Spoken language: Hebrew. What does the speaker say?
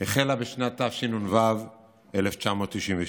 החלה בשנת תשנ"ו, 1996,